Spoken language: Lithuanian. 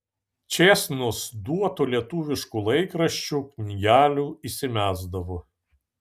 čėsnos duotų lietuviškų laikraščių knygelių įsimesdavo